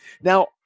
Now